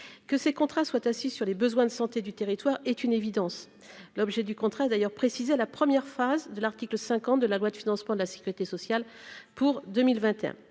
que ces contrats soient assis sur les besoins de santé du territoire est une évidence, l'objet du contrat d'ailleurs précisé à la première phase de l'article 5 ans de la loi de financement de la Sécurité sociale pour 2021